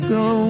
go